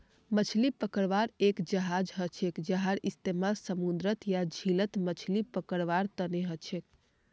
मछली पकड़वार एक जहाज हछेक जहार इस्तेमाल समूंदरत या झीलत मछली पकड़वार तने हछेक